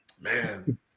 man